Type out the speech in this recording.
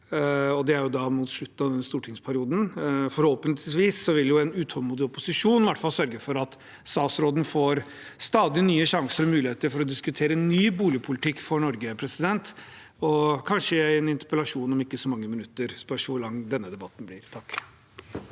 det er da mot slutten av denne stortingsperioden. Forhåpentligvis vil en utålmodig opposisjon i hvert fall sørge for at statsråden får stadig nye sjanser og muligheter for å diskutere ny boligpolitikk for Norge – og kanskje i en interpellasjon om ikke så mange minutter, det spørs hvor lang denne debatten blir.